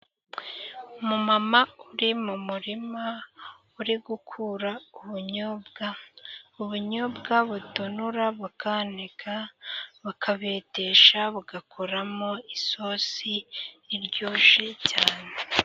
Umumama uri mu murima uri gukura ubunyobwa, ubunyobwa batonora bakanika bakabetesha bagakoramo isosi iryoshye cyane.